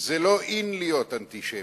זה לא in להיות אנטישמי,